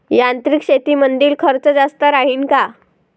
यांत्रिक शेतीमंदील खर्च जास्त राहीन का?